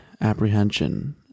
apprehension